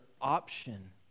option